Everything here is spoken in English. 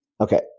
Okay